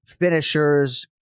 finishers